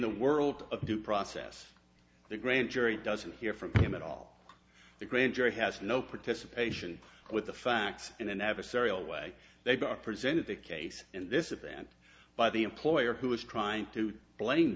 the world of due process the grand jury doesn't hear from him at all the grand jury has no participation with the facts in an adversarial way they are presented the case in this event by the employer who is trying to blame